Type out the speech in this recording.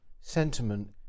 sentiment